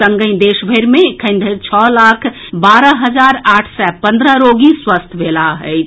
संगहि देशभरि मे एखन धरि छओ लाख बारह हजार आठ सय पन्द्रह रोगी स्वस्थ भेलाह अछि